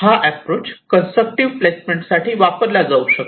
हा approach constructive placement साठी वापरला जाऊ शकतो